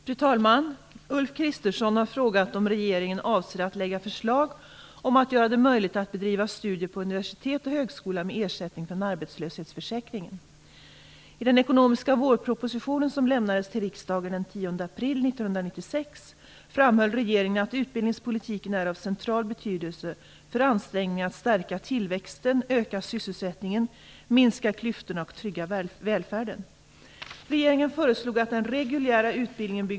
Fru talman! Ulf Kristersson har frågat om regeringen avser att lägga fram förslag om att göra det möjligt att bedriva studier på universitet och högskola med ersättning från arbetslöshetsförsäkringen. april 1996 framhöll regeringen att utbildningspolitiken är av central betydelse för ansträngningarna att stärka tillväxten, öka sysselsättningen, minska klyftorna och trygga välfärden.